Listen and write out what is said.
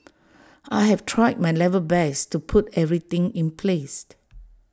I have tried my level best to put everything in place